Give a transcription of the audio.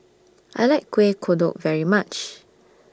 I like Kueh Kodok very much